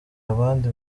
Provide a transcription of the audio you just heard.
abandi